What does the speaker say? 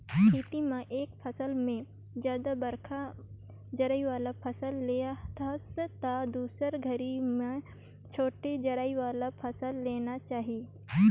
खेत म एक फसल में जादा बड़खा जरई वाला फसल ले हस त दुसर घरी में छोटे जरई वाला फसल लेना चाही